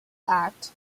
act